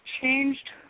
changed